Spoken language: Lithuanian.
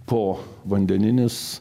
po vandeninis